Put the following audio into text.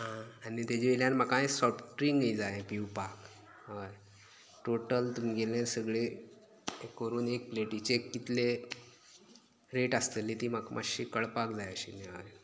आं आनी तेजेवयल्यान म्हाका सोफ्टड्रींकय जाय पिवपाक हय टोटल तुमगेलें सगळे करून एक प्लेटीचे कितले रेट आसतली ती म्हाका मातशी कळपाक जाय आशिल्ली हय